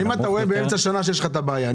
אבל אם אתה רואה באמצע השנה שיש לך את הבעיה,